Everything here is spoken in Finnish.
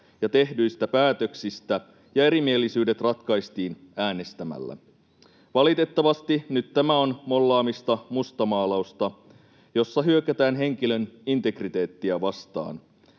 ja tehdyistä päätöksistä ja erimielisyydet ratkaistiin äänestämällä. Valitettavasti nyt tämä on mollaamista, mustamaalausta, jossa hyökätään henkilön integriteettiä vastaan,